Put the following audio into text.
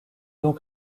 donc